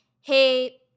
hey